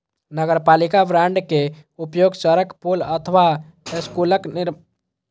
नगरपालिका बांड के उपयोग सड़क, पुल अथवा स्कूलक निर्माण मे कैल जाइ छै